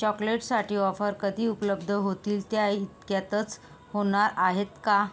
चॉकलेट्ससाठी offer कधी उपलब्ध होतील त्या इतक्यातच होणार आहेत का